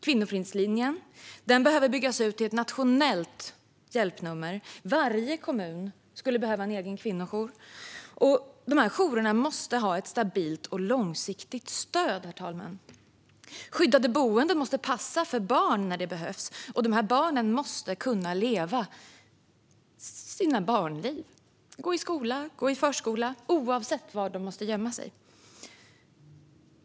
Kvinnofridslinjen behöver byggas ut till ett nationellt hjälpnummer. Varje kommun behöver ha en kvinnojour, och dessa jourer måste ha ett stabilt och långsiktigt stöd. Skyddade boenden måste passa för barn när det behövs, och dessa barn måste kunna leva sina barnliv och gå i förskola och skola, oavsett var de måste gömma sig.